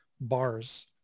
bars